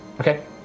Okay